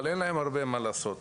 אבל אין להם הרבה מה לעשות.